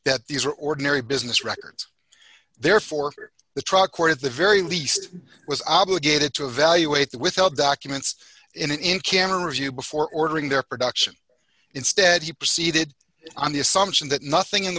that these are ordinary business records therefore the truck court at the very least was obligated to evaluate the withheld documents in can review before ordering their production instead he proceeded on the assumption that nothing in the